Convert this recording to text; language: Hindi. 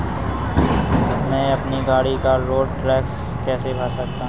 मैं अपनी गाड़ी का रोड टैक्स कैसे भर सकता हूँ?